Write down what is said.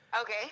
Okay